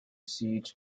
siege